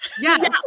Yes